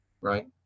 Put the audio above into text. right